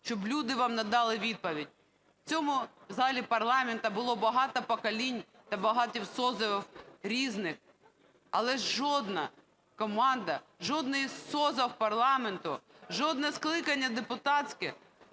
щоб люди вам надали відповідь. В цьому залі парламенту було багато поколінь та багато созивів різних, але жодна команда, жодний созив парламенту, жодне скликання депутатське